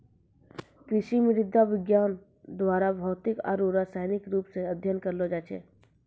कृषि मृदा विज्ञान द्वारा भौतिक आरु रसायनिक रुप से अध्ययन करलो जाय छै